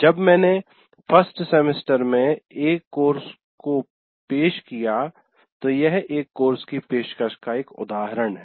जब मैंने first semester में एक कोर्स की पेश किया तो यह एक कोर्स की पेशकश का एक उदाहरण है